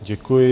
Děkuji.